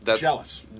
Jealous